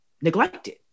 neglected